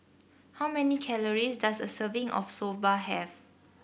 how many calories does a serving of Soba have